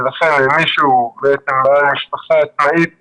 ולכן למי שהוא בעל משפחה עצמאית.